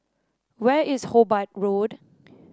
where is Hobart Road